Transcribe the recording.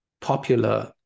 popular